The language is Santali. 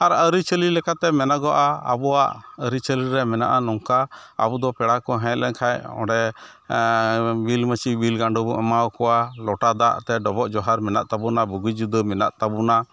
ᱟᱨ ᱟᱹᱨᱤᱪᱟᱹᱞᱤ ᱞᱮᱠᱟᱛᱮ ᱢᱮᱱᱚᱜᱚᱜᱼᱟ ᱟᱵᱚᱣᱟᱜ ᱟᱹᱨᱤᱪᱟᱹᱞᱤᱨᱮ ᱢᱮᱱᱟᱜᱼᱟ ᱱᱚᱝᱠᱟ ᱟᱵᱚᱫᱚ ᱯᱮᱲᱟᱠᱚ ᱦᱮᱡᱞᱮᱱ ᱠᱷᱟᱱ ᱚᱸᱰᱮ ᱵᱤᱞ ᱢᱟᱹᱪᱤ ᱵᱤᱞ ᱜᱟᱰᱳᱵᱚ ᱮᱢᱟᱣᱟᱠᱚᱣᱟ ᱞᱚᱴᱟ ᱫᱟᱜᱟᱛᱮ ᱰᱚᱵᱚᱜᱼᱡᱚᱦᱟᱨ ᱢᱮᱱᱟᱜ ᱛᱟᱵᱚᱱᱟ ᱵᱩᱜᱤᱼᱡᱩᱫᱟᱹ ᱢᱮᱱᱟᱜ ᱛᱟᱵᱚᱱᱟ